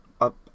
up